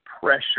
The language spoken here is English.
pressure